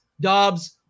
Dobbs